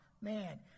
man